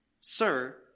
Sir